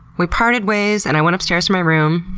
we parted ways, and i went upstairs to my room.